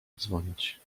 dzwonić